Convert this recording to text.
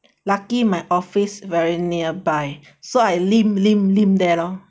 lucky my office very nearby so I limp limp limp there lor